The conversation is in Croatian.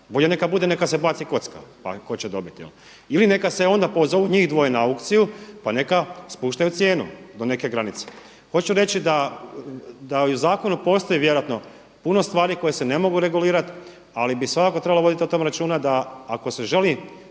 bolje neka bude, neka se baci kocka pa tko će dobiti. Ili neka se onda pozovu njih dvoje na aukciju pa neka spuštaju cijenu do neke granice. Hoću reći da i u zakonu postoji vjerojatno puno stvari koje se ne mogu regulirati ali bi svakako trebalo voditi o tome računa da ako se želi